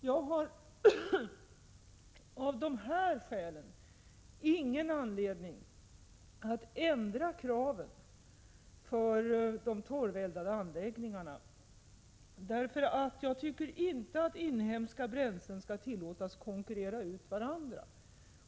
Jag har därför ingen anledning att ändra kravet för de torveldade anläggningarna, därför att jag anser att man inte skall tillåta inhemska bränslen att konkurrera ut varandra.